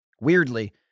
weirdly